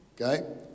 okay